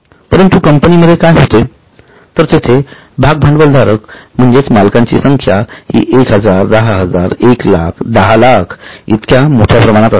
परंतु कंपनी मध्ये काय होते तर तेथे भागभांडवलधारक म्हणजेच मालकांची संख्या हि १००० १०००० १ लाख १० लाख इतक्या मोठ्या प्रमाणात असते